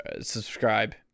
Subscribe